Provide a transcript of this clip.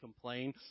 complain